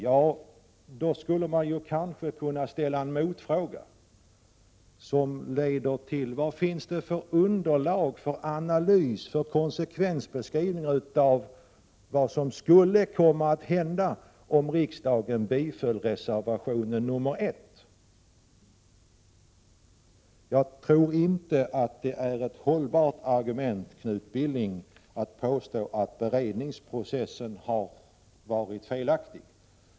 Jag vill ställa följande motfråga: Vilket underlag finns för analys för konsekvensbeskrivning av vad som skulle hända om riksdagen biföll reservation 1? Jag tror inte att det är ett hållbart argument när Knut Billing påstår att beredningsprocessen har varit felaktig.